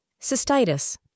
Cystitis